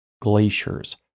glaciers